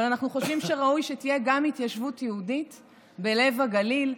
אבל אנחנו חושבים שראוי שתהיה גם התיישבות יהודית בלב הגליל,